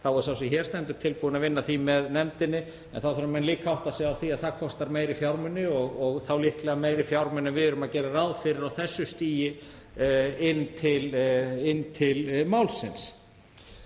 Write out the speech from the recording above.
þá er sá sem hér stendur tilbúinn að vinna að því með nefndinni en þá þurfa menn líka að átta sig á því að það kostar meiri fjármuni og þá líklega meiri fjármuni en við erum að gera ráð fyrir á þessu stigi til málsins.